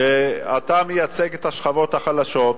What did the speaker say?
שאתה מייצג את השכבות החלשות,